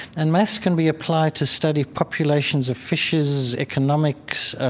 and math can be applied to study populations of fishes, economics,